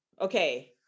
okay